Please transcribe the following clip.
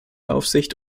aufsicht